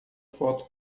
foto